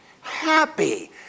happy